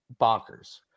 bonkers